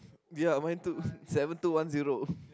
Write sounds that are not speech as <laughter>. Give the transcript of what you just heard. ya mine too seven two one zero <breath>